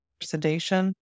sedation